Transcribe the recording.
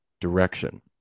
direction